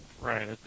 Right